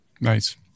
Nice